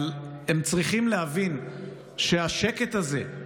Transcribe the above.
אבל הם צריכים להבין שהשקט הזה,